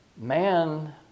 Man